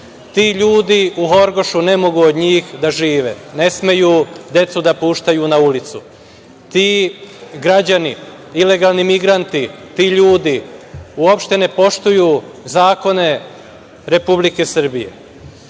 Ti ljudi u Horgošu ne mogu od njih da žive, ne smeju decu da puštaju na ulicu. Ti građani, ilegalni migranti, ti ljudi, uopšte ne poštuju zakone Republike Srbije.